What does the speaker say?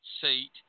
seat